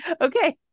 okay